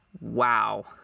wow